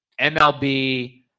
MLB